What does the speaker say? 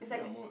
is like a